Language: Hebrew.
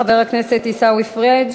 חבר הכנסת עיסאווי פריג'.